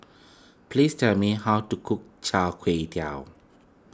please tell me how to cook Char Kway Teow